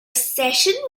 session